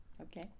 okay